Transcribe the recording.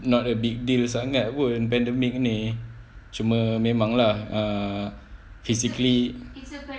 not a big deals sangat pun pandemic ni cuma memang lah ah physically